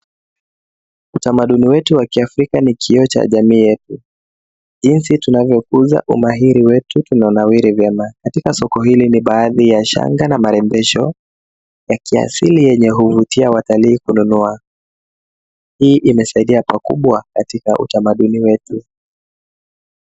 Utamaduni wetu wa Kiafrika ni kioo cha jamii yetu. Jinsi tunavyokuza umahiri wetu tunanawiri vyema. Katika soko hili ni baadhi ya shanga na marembesho ya kiasili yenye huvutia watalii kununua. Hii imesaidia pakubwa katika utamaduni wetu.